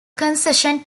concession